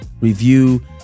review